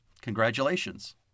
Congratulations